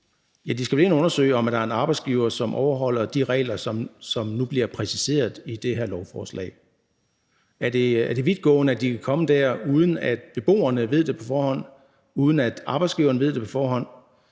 Ja, de skal vel ind at undersøge, om en arbejdsgiver overholder de regler, som nu bliver præciseret i det her lovforslag. Er det vidtgående, at de kan komme der, uden at beboerne ved det på forhånd, og uden at arbejdsgiveren ved det på forhånd?